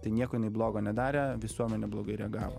tai nieko ji blogo nedarė visuomenė blogai reagavo